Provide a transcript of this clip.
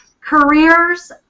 careers